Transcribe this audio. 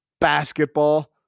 basketball